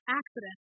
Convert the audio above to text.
accident